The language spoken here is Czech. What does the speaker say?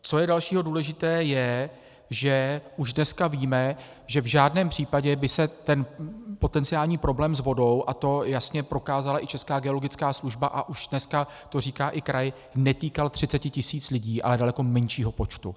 Co je dalšího důležité, že už dneska víme, že v žádném případě by se ten potenciální problém s vodou, a to jasně prokázala i Česká geologická služba a už dneska to říká i kraj, netýkal 30 tisíc lidí, ale daleko menšího počtu.